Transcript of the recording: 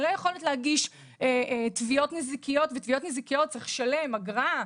שאין לה יכולת להגיש תביעות נזיקיות - ובתביעות נזיקיות צריך לשלם אגרה,